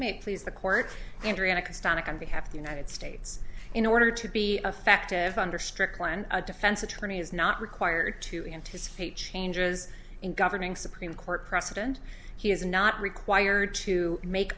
may please the court and standing on behalf of the united states in order to be effective under strickland a defense attorney is not required to anticipate changes in governing supreme court precedent he is not required to make